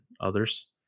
others